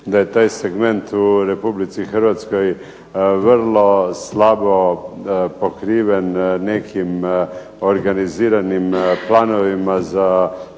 da je taj segment u RH vrlo slabo pokriven nekim organiziranim planovima za